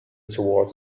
towards